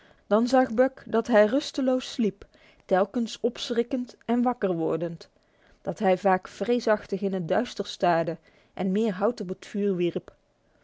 dan zag buck dat hij rusteloos sliep telkens opschrikkend en wakker wordend dat hij vaak vreesachtig in het duister staarde en meer hout op